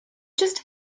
just